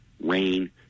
rain